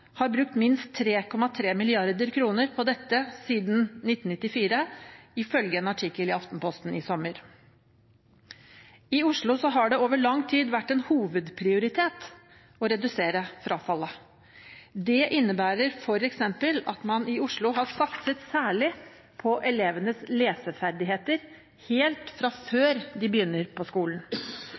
har brukt minst 3,3 mrd. kr på dette siden 1994, ifølge en artikkel i Aftenposten i sommer. I Oslo har det over lang tid vært en hovedprioritet å redusere frafallet. Det innebærer f.eks. at man i Oslo har satset særlig på elevenes leseferdigheter, helt fra før de begynner på skolen.